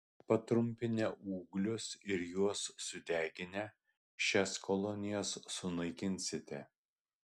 patrumpinę ūglius ir juos sudeginę šias kolonijas sunaikinsite